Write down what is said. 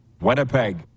Winnipeg